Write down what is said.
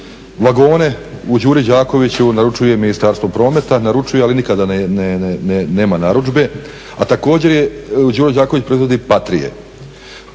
vagone u Đuri Đakoviću naručuje Ministarstvo prometa, naručuje ali nikada nema narudžbe, a također je Đuro Đaković proizvodi patrije.